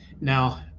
Now